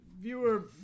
Viewer